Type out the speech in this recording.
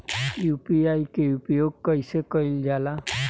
UPI के उपयोग कइसे कइल जाला?